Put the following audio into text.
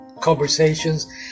conversations